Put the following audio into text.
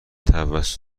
توسط